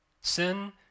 Sin